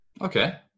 Okay